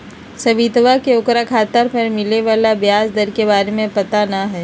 सवितवा के ओकरा खाता पर मिले वाला ब्याज दर के बारे में पता ना हई